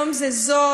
היום זה זול,